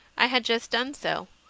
i had just done so,